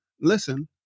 listen